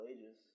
Ages